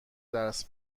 درس